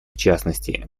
частности